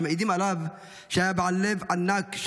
שמעידים עליו שהיה בעל לב ענק,